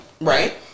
Right